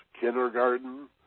kindergarten